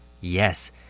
Yes